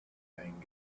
continent